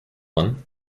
one